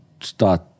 start